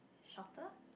shorter